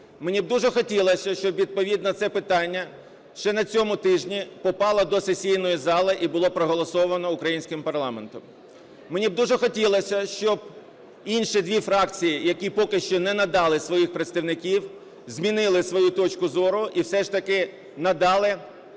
Мені б дуже хотілося, щоб відповідно це питання ще на цьому тижні попало до сесійної зали і було проголосовано українським парламентом. Мені б дуже хотілося, щоб інші дві фракції, які поки що не надали своїх представників, змінили свою точку зору і, все ж таки, надали